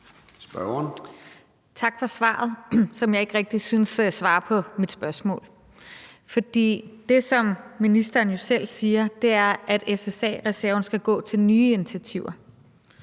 Tak for svaret, som jeg ikke rigtig synes var et svar på mit spørgsmål. For det, som ministeren jo selv siger, er, at SSA-reserven skal gå til nye initiativer,